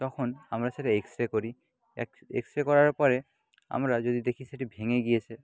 তখন আমরা সেটা এক্স রে করি এক্স রে করার পরে আমরা যদি দেখি সেটি ভেঙে গিয়েছে